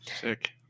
Sick